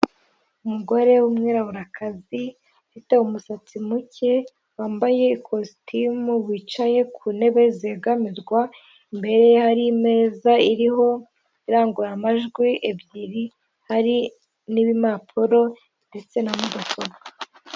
Umugore w'umwiraburakazi ufite umusatsi muke wambaye ikositimu wicaye ku ntebe zegamirwa, imbere ye hari imeza iriho irangururamajwi ebyiri, hari n'ibipapuro ndetse na mudasobwa.